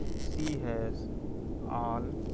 c has all